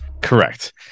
Correct